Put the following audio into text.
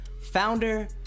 founder